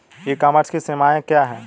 ई commerce की सीमाएं क्या हैं?